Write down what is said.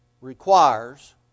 requires